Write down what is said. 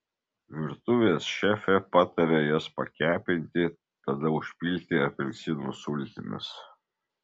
virtuvės šefė pataria jas pakepinti tada užpilti apelsinų sultimis